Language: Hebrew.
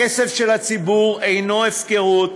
הכסף של הציבור אינו הפקרות,